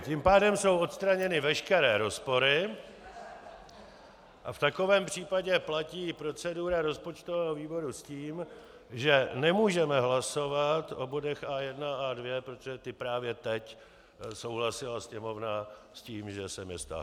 Tím pádem jsou odstraněny veškeré rozpory a v takovém případě platí i procedura rozpočtového výboru s tím, že nemůžeme hlasovat o bodech A1 a A2, protože právě teď souhlasila Sněmovna s tím, že jsem je stáhl.